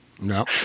No